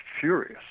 furious